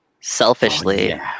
Selfishly